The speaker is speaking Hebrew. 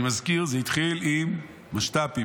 אני מזכיר, זה התחיל עם משת"פים,